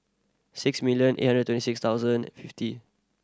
six million eight hundred twenty thoudand fifty